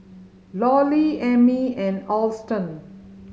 Lollie Emmy and Alston